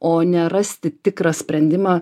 o ne rasti tikrą sprendimą